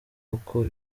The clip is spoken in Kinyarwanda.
uko